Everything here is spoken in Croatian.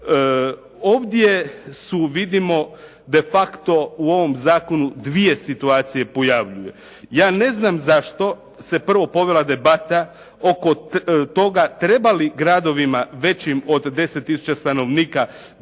Ovdje su vidimo de facto u ovom zakonu dvije situacije pojavljuje. Ja ne znam zašto se prvo provela debata oko toga treba li gradovima većim od 10 tisuća stanovnika dva